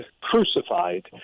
crucified